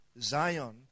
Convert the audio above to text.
Zion